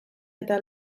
eta